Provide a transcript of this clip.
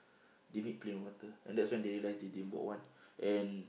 they need plain water and that's when they realize they didn't bought one and